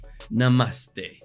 Namaste